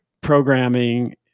programming